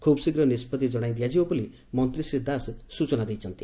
ଖୁବ୍ଶୀଘ୍ର ନିଷ୍ବଉି ଜଣାଇ ଦିଆଯିବ ବୋଲି ମନ୍ତୀ ଶ୍ରୀ ଦାସ ସ୍ଟଚନା ଦେଇଛନ୍ତି